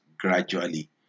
gradually